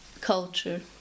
culture